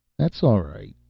that's all right.